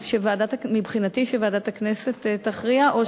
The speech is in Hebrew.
אז מבחינתי שוועדת הכנסת תכריע או,